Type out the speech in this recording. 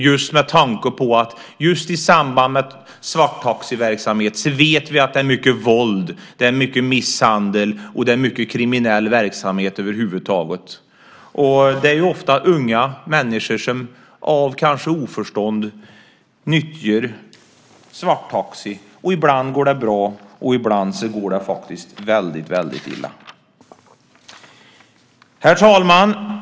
Just i samband med svarttaxiverksamhet vet vi att det förekommer mycket våld, misshandel och kriminell verksamhet över huvud taget. Det är ofta unga människor som, kanske av oförstånd, nyttjar svarttaxi. Ibland går det bra, och ibland går det faktiskt väldigt illa. Herr talman!